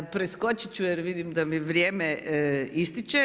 Priskočiti ću, jer vidim da mi vrijeme ističe.